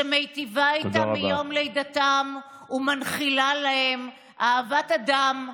שמיטיבה איתם מיום לידתם ומנחילה להם אהבת אדם,